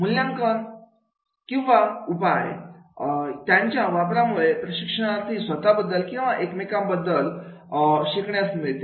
मूल्यांकन किंवा उपाय यांच्या वापरामुळे प्रशिक्षणार्थींना स्वतःबद्दल आणि एकमेकांबद्दल शिकण्यास मिळते